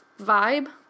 vibe